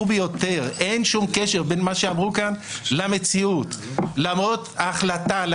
מה שמכונה פרשת NSO. הישיבה הזאת